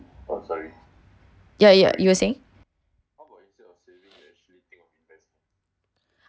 oh sorry ya ya you are saying how about you